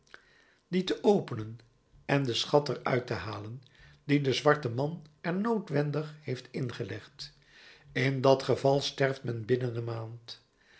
dien te openen en den schat er uit te halen dien de zwarte man er noodwendig heeft in gelegd in dat geval sterft men binnen een maand